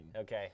okay